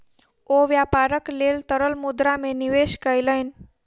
ओ व्यापारक लेल तरल मुद्रा में निवेश कयलैन